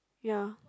ya